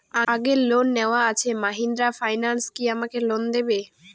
আগের লোন নেওয়া আছে মাহিন্দ্রা ফাইন্যান্স কি আমাকে লোন দেবে?